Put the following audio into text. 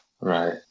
Right